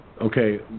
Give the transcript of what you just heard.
Okay